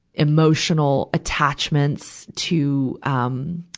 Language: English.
emotional attachments to, um,